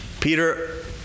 Peter